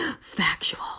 factual